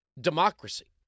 democracy